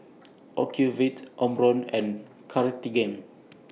Ocuvite Omron and Cartigain